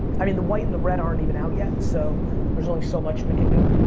i mean, the white and the red aren't even out yet, so there's only so much we can do.